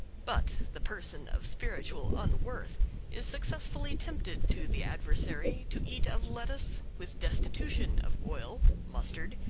but the person of spiritual unworth is successfully tempted to the adversary to eat of lettuce with destitution of oil, mustard,